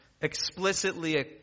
explicitly